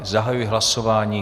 Zahajuji hlasování.